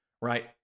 right